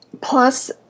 Plus